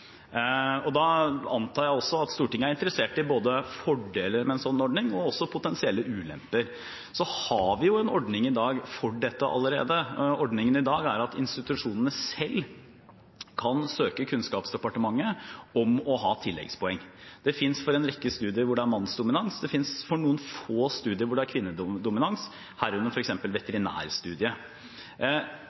Da antar jeg også at Stortinget er interessert i både fordeler med en slik ordning og også potensielle ulemper. Så har vi i dag en ordning for dette allerede. Ordningen i dag er at institusjonene selv kan søke Kunnskapsdepartementet om å ha tilleggspoeng. Det finnes for en rekke studier hvor det er mannsdominans, og det finnes for noen få studier hvor det er kvinnedominans, herunder f.eks. veterinærstudiet.